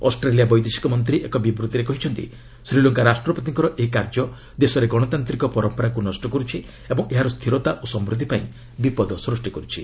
Australia ବୈଦେଶିକ ମନ୍ତ୍ରୀ ଏକ ବିବୃତ୍ତିରେ କହିଛନ୍ତି ଶ୍ରୀଲଙ୍କା ରାଷ୍ଟ୍ରପତିଙ୍କର ଏହି କାର୍ଯ୍ୟ ଦେଶରେ ଗଣତାନ୍ତିକ ପରମ୍ପରାକୁ ନଷ୍ଟ କରୁଛି ଏବଂ ଏହାର ସ୍ଥିରତା ଓ ସମୃଦ୍ଧି ପାଇଁ ବିପଦ ସୃଷ୍ଟି କରୁଛି